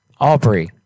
Aubrey